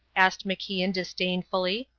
asked macian disdainfully.